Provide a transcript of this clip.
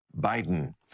biden